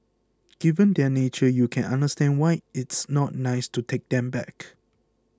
given their nature you can understand why it's not nice to take them back